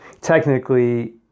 technically